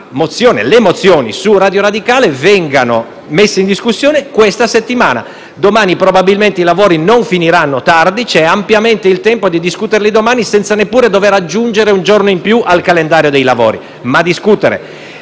le mozioni su Radio Radicale vengano messe in discussione questa settimana. Domani, probabilmente, i lavori non finiranno tardi e ci sarà ampiamente il tempo per discuterle, senza neppure dover aggiungere un giorno in più al calendario dei lavori. Discutere